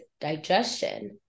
digestion